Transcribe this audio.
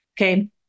Okay